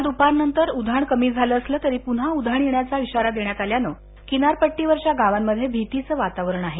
काल दुपारनंतर उधाण कमी झालं असलं तरी पुन्हा उधाण येण्याचा इशारा देण्यात आल्यानं किनारपट्टीवरच्या गावांमध्ये भीतीचं वातावरण आहे